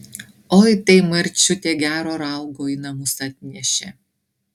oi tai marčiutė gero raugo į namus atnešė